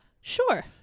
Sure